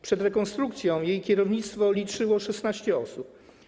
Przed rekonstrukcją jej kierownictwo liczyło 16 osób.